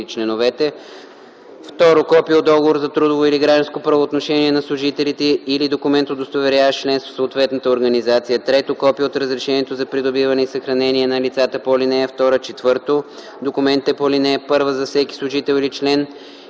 документите по ал. 1 за всеки служител или член